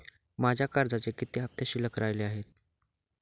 माझ्या कर्जाचे किती हफ्ते शिल्लक राहिले आहेत?